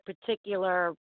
particular